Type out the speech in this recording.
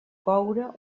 coure